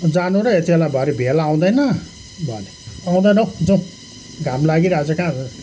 जानु र यति बेला भरे भेल आउँदैन भने आउँदैनौँ जाउँ घाम लागि रहको छ कहाँ हो